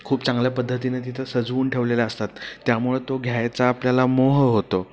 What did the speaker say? खूप चांगल्या पद्धतीने तिथं सजवून ठेवलेल्या असतात त्यामुळे तो घ्यायचा आपल्याला मोह होतो